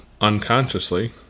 unconsciously